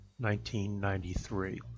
1993